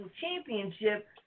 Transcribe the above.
championship